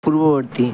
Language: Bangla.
পূর্ববর্তী